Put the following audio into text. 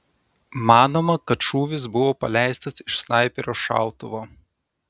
manoma kad šūvis buvo paleistas iš snaiperio šautuvo